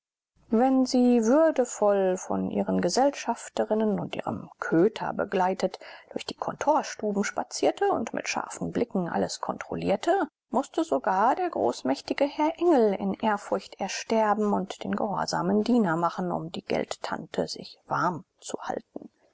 wenn sie würdevoll von ihrer gesellschafterin und ihrem köter begleitet durch die kontorstuben spazierte und mit scharfen blicken alles kontrollierte mußte sogar der großmächtige herr engel in ehrfurcht ersterben und den gehorsamen diener machen um die geldtante sich warm zu halten